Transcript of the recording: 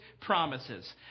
promises